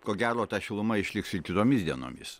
ko gero ta šiluma išliks ir kitomis dienomis